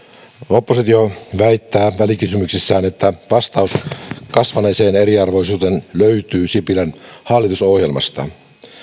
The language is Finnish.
oppositio väittää välikysymyksessään että vastaus kasvaneeseen eriarvoisuuteen löytyy sipilän hallitusohjelmasta